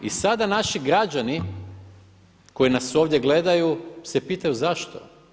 I sada naši građani koji nas ovdje gledaju se pitaju zašto?